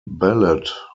ballot